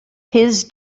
his